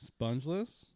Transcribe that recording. spongeless